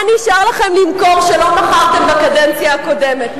מה נשאר לכם למכור שלא מכרתם בקדנציה הקודמת?